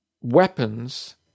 weapons